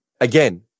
Again